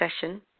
session